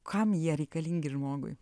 kam jie reikalingi žmogui